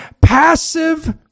passive